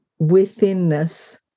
withinness